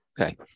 Okay